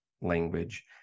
language